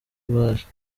rwaje